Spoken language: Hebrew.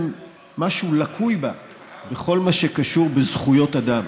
משהו לקוי בה בכל מה שקשור בזכויות אדם,